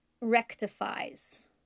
rectifies